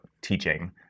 teaching